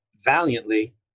valiantly